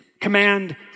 command